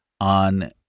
on